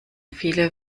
viele